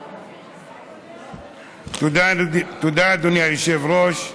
תודה, אדוני היושב-ראש.